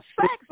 sex